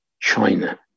China